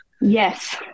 Yes